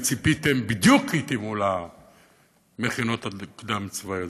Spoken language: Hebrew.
חיכיתם" התאימו בדיוק למכינות הקדם-צבאיות,